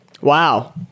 wow